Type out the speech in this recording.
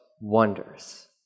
wonders